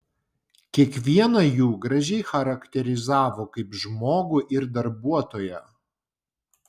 kiekvieną jų gražiai charakterizavo kaip žmogų ir darbuotoją